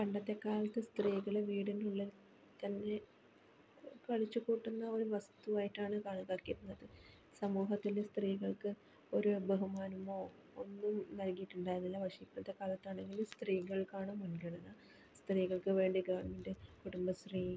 പണ്ടത്തെ കാലത്ത് സ്ത്രീകൾ വീടിൻ്റെ ഉള്ളിൽ തന്നെ കഴിച്ചു കൂട്ടുന്ന ഒരു വസ്തുവായിട്ടാണ് കണക്കാക്കിയിരുന്നത് സമൂഹത്തിൽ സ്ത്രീകൾക്ക് ഒരു ബഹുമാനമോ ഒന്നും നൽകിയിട്ടിണ്ടായിരുന്നില്ല പക്ഷെ ഇപ്പോഴത്തെ കാലത്താണെങ്കിൽ സ്ത്രീകൾക്കാണ് മുൻഗണന സ്ത്രീകൾക്ക് വേണ്ടി ഗവണ്മെൻറ്റ് കുടുംബശ്രീ